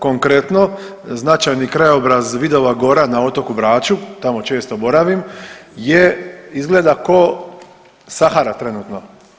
Konkretno, značajni krajobraz Vidova gora na otoku Braču tamo često boravim je izgleda ko Sahara trenutno.